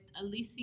Alicia